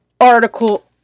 article